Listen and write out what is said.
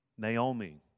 Naomi